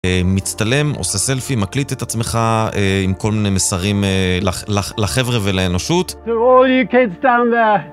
מצטלם, עושה סלפי, מקליט את עצמך עם כל מיני מסרים לחבר'ה ולאנושות.